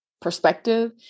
perspective